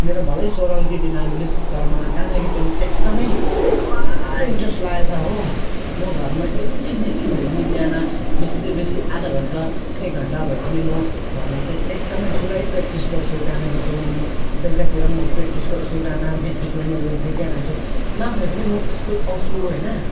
मेरो भलै स्वर अलिकति नमिलोस् तर मलाई गाना गीत गाउनु एकदमै पुरा इन्ट्रेस्ट लागेको छ हो म घरमा एकछिन एकछिन भए पनि बिहान बेसी से बेसी आधा घन्टा एक घन्टा भए पनि म घरमा चाहिँ एकदमै पुरै प्र्याक्टिस गर्छु गाना गीत गाउनु म बेलुकातिर पनि म प्र्याक्टिस गर्छु गाना बिचबिचमा मजाले गीत गाइरहन्छु नभए पनि म स्कुल आउँछु होइन